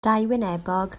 dauwynebog